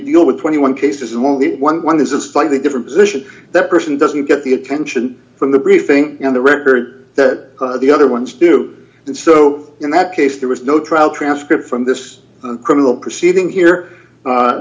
know with twenty one cases the only one is a slightly different position that person doesn't get the attention from the briefing and the record that the other ones do and so in that case there was no trial transcript from this criminal proceeding here